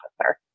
officer